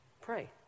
pray